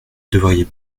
devriez